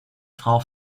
frau